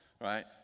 right